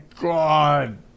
God